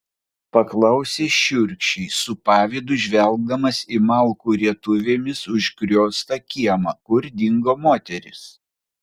paklausė šiurkščiai su pavydu žvelgdamas į malkų rietuvėmis užgrioztą kiemą kur dingo moterys